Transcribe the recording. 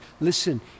Listen